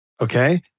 Okay